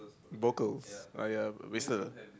vocals ah ya wrestle